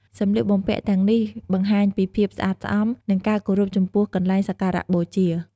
សម្លៀកបំពាក់ទាំងនេះបង្ហាញពីភាពស្អាតស្អំ និងការគោរពចំពោះកន្លែងសក្ការៈបូជា។